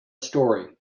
story